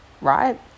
right